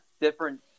different